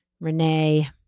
Renee